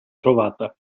trovata